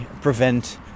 prevent